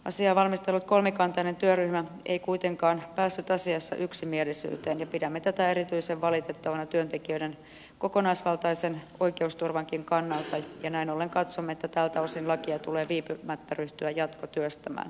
asiaa valmistellut kolmikantainen työryhmä ei kuitenkaan päässyt asiassa yksimielisyyteen ja pidämme tätä erityisen valitettavana työntekijöiden kokonaisvaltaisen oikeusturvankin kannalta ja näin ollen katsomme että tältä osin lakia tulee viipymättä ryhtyä jatkotyöstämään